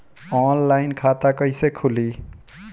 Online खाता कईसे खुलि?